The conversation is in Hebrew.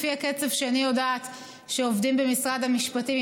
לפי הקצב שאני יודעת שעובדים במשרד המשפטים,